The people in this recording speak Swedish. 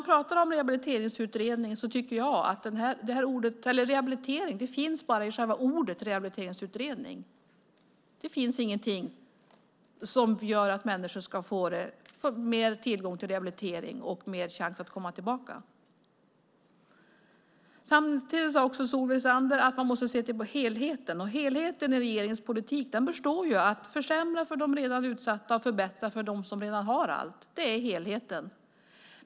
Ordet rehabilitering finns bara i själva ordet rehabiliteringsutredning. Det finns ingenting som gör att människor ska få mer tillgång till rehabilitering och större chans att komma tillbaka. Solveig Zander sade också att man måste se till helheten. Helheten i regeringens politik består i att försämra för dem som redan är utsatta och förbättra för dem som redan har allt. Det är helheten.